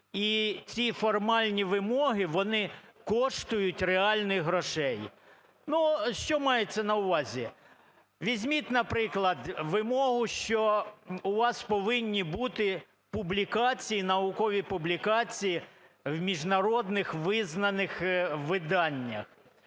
і ці формальні вимоги вони коштують реальних грошей. Ну, що мається на увазі? Візьміть, наприклад, вимогу, що у вас повинні бути публікації, наукові публікації в міжнародних визнаних виданнях.